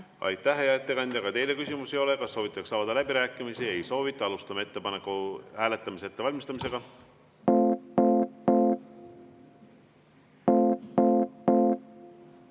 Aitäh, hea ettekandja! Ka teile küsimusi ei ole. Kas soovitakse avada läbirääkimisi? Ei soovita. Alustame ettepaneku hääletamise ettevalmistamist.